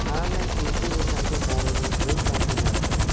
हाँ मैं P T Usha के बारे में कई बातें जानता हूँ